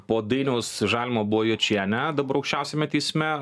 po dainiaus žalimo buvo jočienė dabar aukščiausiame teisme